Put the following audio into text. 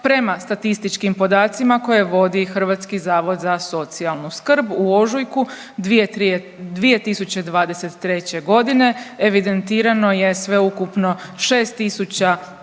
prema statističkim podacima koje vodi Hrvatski zavod za socijalnu skrb u ožujku 2023. godine, evidentirano je sveukupno 6